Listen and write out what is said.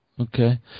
Okay